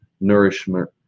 nourishment